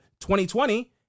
2020